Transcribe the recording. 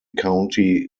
county